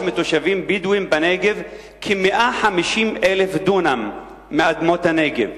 מתושבים בדואים בנגב כ-150,000 דונם מאדמות הנגב